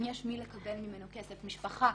אם יש לקבל ממנו כסף משפחה,